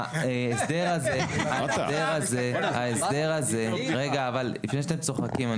ההסדר הזה, לפני שאתם צוחקים.